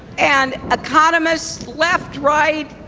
and economists left, right,